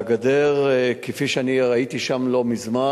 והגדר, כפי שאני ראיתי שם לא מזמן,